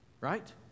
Right